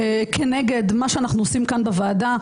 כנגד מה שאנחנו עושים כאן בוועדה.